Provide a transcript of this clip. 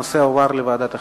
הנושא הועבר לוועדת החינוך.